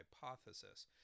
hypothesis